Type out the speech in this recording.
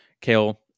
Kale